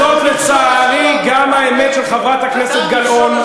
וזאת לצערי גם האמת של חברת הכנסת גלאון,